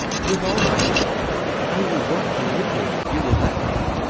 with all my heart i will work for you if you will let me.